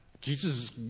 Jesus